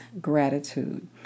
gratitude